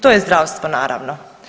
To je zdravstvo naravno.